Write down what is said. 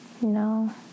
No